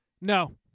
No